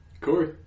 Corey